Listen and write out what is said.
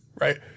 Right